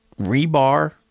rebar